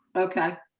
okay.